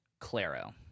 Claro